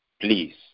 please